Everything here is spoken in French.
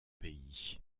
pays